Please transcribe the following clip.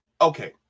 Okay